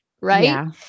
right